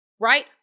right